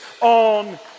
on